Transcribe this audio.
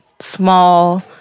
small